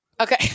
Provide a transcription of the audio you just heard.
Okay